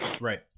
right